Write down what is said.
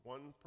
One